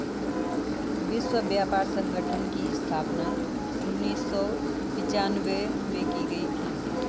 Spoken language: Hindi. विश्व व्यापार संगठन की स्थापना उन्नीस सौ पिच्यानवे में की गई थी